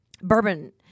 bourbon